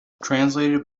translated